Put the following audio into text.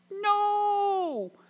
No